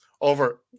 over